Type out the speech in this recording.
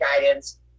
guidance